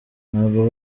ntabwo